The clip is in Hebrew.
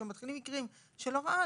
כשמתחילים מקרים של הרעה,